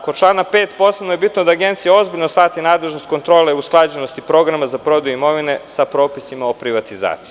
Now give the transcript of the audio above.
Kod člana 5. posebno je bitno da Agencija ozbiljno shvati nadležnost kontroleusklađenosti programa za prodaju imovine sa propisima o privatizaciji.